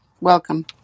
Welcome